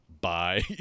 Bye